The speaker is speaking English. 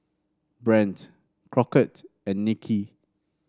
Brant Crockett and Nikki